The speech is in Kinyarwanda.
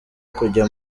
kujya